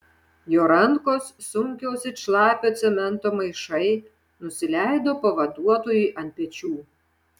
jo rankos sunkios it šlapio cemento maišai nusileido pavaduotojui ant pečių